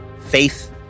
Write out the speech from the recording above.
faith